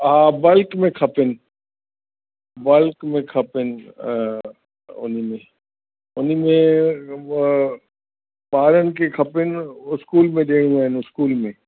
हा बल्क में खपनि बल्क में खपनि उन में उन में ॿारनि खे खपनि स्कूल में ॾियणा आहिनि स्कूल में